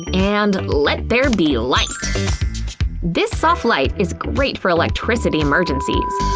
and let there be light! this soft light is great for electricity emergencies